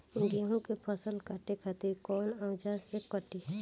गेहूं के फसल काटे खातिर कोवन औजार से कटी?